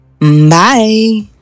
Bye